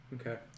Okay